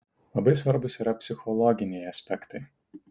labai svarbūs yra psichologiniai aspektai